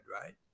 right